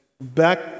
back